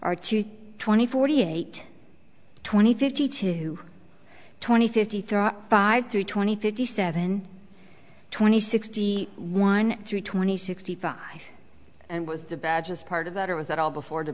are twenty forty eight twenty fifty two twenty fifty three five three twenty fifty seven twenty sixty one three twenty sixty five and was the badge as part of it or was that all before